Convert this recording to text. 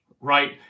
right